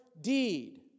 deed